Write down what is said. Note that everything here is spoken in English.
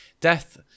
death